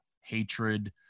hatred